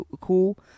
cool